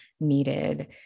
needed